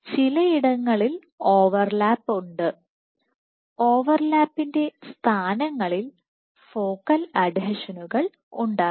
ചിലയിടങ്ങളിൽ ഓവർലാപ്പ് ഉണ്ട് ഓവർലാപ്പിന്റെ ഈ സ്ഥാനങ്ങളിൽ ഫോക്കൽ അഡ്ഹെഷനുകൾ ഉണ്ടാകുന്നു